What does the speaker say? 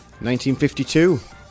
1952